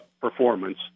performance